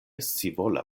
scivola